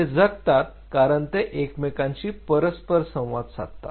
ते जगतात कारण ते एकमेकांशी परस्पर संवाद साधतात